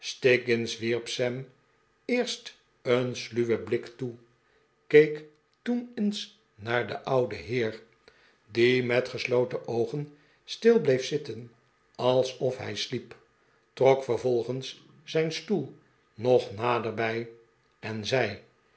sam eerst een sluwen blik toe keek toen eens naar den ouden heer de pickwick club die met gesloten oogen stil bleef zitten alsof hij sliep trok vervolgens zijn stoel nog dichterbij en zei